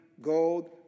gold